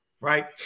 right